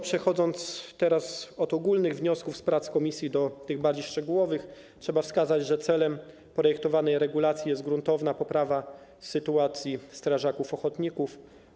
Przechodząc teraz od ogólnych wniosków z prac komisji do tych bardziej szczegółowych, trzeba wskazać, że celem projektowanej regulacji jest gruntowna poprawa sytuacji strażaków ochotników.